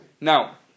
Now